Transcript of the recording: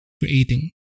creating